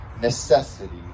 necessity